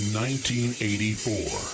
1984